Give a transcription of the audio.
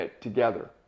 together